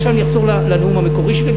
עכשיו אני אחזור לנאום המקורי שלי,